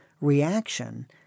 reaction